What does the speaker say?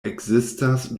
ekzistas